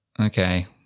Okay